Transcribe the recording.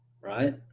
right